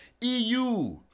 EU